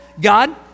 God